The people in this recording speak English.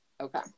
Okay